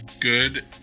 good